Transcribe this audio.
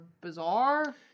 bizarre